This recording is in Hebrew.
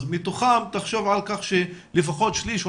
אז מתוכם תחשוב על כך שלפחות שליש או